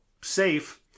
safe